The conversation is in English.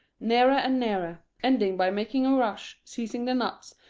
nearer and nearer, ending by making a rush, seizing the nuts,